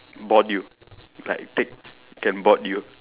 board you like take can board you